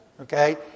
okay